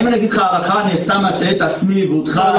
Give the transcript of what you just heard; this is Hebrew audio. אם אגיד לך הערכה אני סתם מטעה את עצמי ואותך,